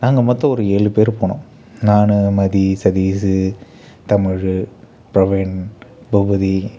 நாங்கள் மொத்தம் ஒரு ஏழு பேர் போனோம் நான் மதி சதீஸு தமிழ் ப்ரவின் பூபதி